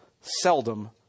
seldom